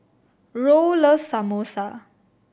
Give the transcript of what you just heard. Roll loves Samosa